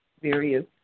various